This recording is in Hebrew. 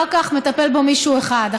אחר כך מטפל בו מישהו אחד,